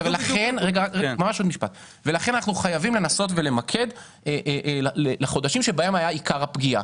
לכן אנחנו חייבים לנסות ולמקד לחודשים בהם היה עיקר הפגיעה.